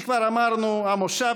ששם מרעיפים עליו שבח,